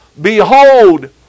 Behold